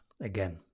again